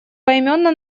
поименно